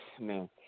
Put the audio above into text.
Man